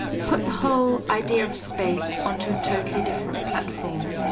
put the whole idea of space onto a totally different platform.